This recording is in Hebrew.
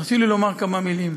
תרשי לי לומר כמה מילים.